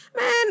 man